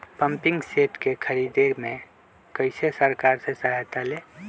Pumping set के ख़रीदे मे कैसे सरकार से सहायता ले?